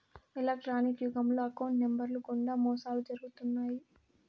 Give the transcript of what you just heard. electronics యుగంలో account నెంబర్లు గుండా మోసాలు జరుగుతున్నాయి